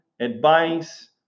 advice